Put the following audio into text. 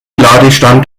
ladestand